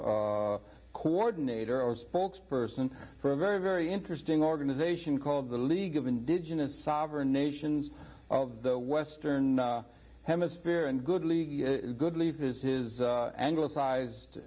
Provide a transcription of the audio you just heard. cree coordinator or spokesperson for a very very interesting organization called the league of indigenous sovereign nations of the western hemisphere and goodly good leave his his angle prize